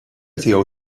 tiegħu